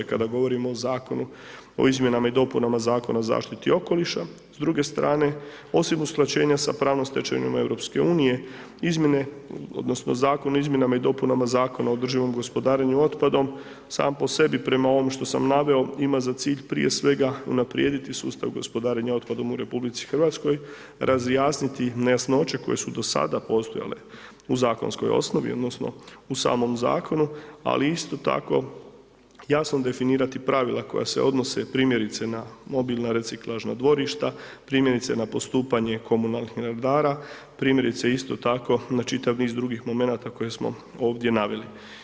Kada govorim o Zakonu o izmjenama i dopunama zakona o zaštiti okoliša s druge strane, osim usklađenja sa pravom stečevinom EU, izmjene odnosno Zakon o izmjenama i dopunama zakona o održivom gospodarenju otpadom sam po sebi, prema ovom što sam naveo, ima za cilj, prije svega, unaprijediti sustav gospodarenja otpadom u RH, razjasniti nejasnoće koje su do sada postojale u zakonskoj osnovi odnosno u samo zakonu, ali isto tako jasno definirati pravila koja se odnose primjerice na mobilna reciklažna dvorišta, primjerice na postupanje komunalnih redara, primjerice isto tako na čitav niz drugih momenata koje smo ovdje naveli.